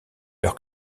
leur